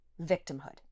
victimhood